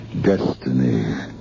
destiny